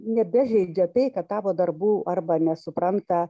nebežeidžia tai kad tavo darbų arba nesupranta